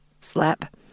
slap